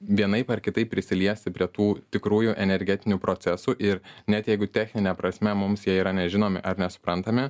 vienaip ar kitaip prisiliesti prie tų tikrųjų energetinių procesų ir net jeigu technine prasme mums jie yra nežinomi ar nesuprantame